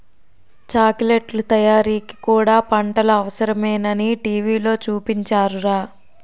చాకిలెట్లు తయారీకి కూడా పంటలు అవసరమేనని టీ.వి లో చూపించారురా